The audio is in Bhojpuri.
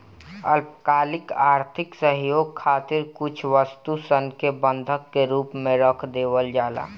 अल्पकालिक आर्थिक सहयोग खातिर कुछ वस्तु सन के बंधक के रूप में रख देवल जाला